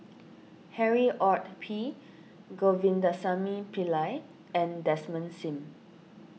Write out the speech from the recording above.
Harry Ord P Govindasamy Pillai and Desmond Sim